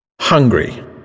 Hungry